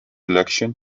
election